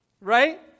Right